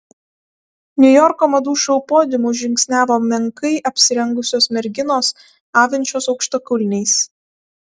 niujorko madų šou podiumu žingsniavo menkai apsirengusios merginos avinčios aukštakulniais